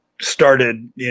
started